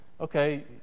okay